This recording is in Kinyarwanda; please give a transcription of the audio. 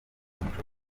umuco